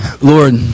Lord